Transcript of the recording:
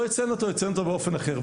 יציין אותו או יציין אותו באופן אחר,